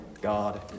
God